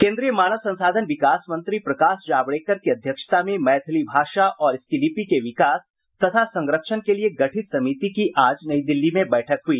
केन्द्रीय मानव संसाधन विकास मंत्री प्रकाश जावड़ेकर की अध्यक्षता में मैथिली भाषा और इसकी लिपि के विकास तथा संरक्षण के लिये गठित समिति की आज नई दिल्ली मे बैठक हुई